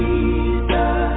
Jesus